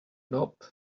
knob